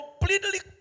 Completely